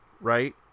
right